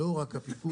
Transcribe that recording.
לא רק הפיקוח,